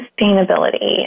sustainability